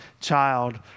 child